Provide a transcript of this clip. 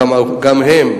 גם הם,